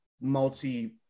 multi